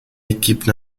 équipe